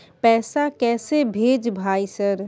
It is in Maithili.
पैसा कैसे भेज भाई सर?